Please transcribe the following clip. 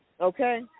Okay